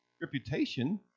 reputation